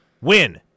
Win